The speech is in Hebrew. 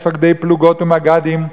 מפקדי פלוגות ומג"דים,